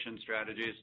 strategies